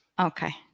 Okay